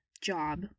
job